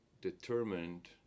determined